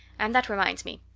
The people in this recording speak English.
and that reminds me.